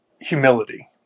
humility